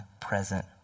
present